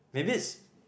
maybe it's